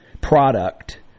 product